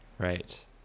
Right